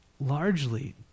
largely